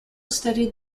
studied